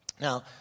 Now